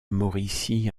mauricie